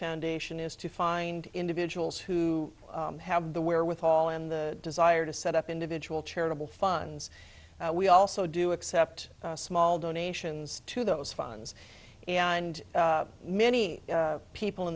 foundation is to find individuals who have the wherewithal and the desire to set up individual charitable funds we also do accept small donations to those funds and many people in